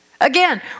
Again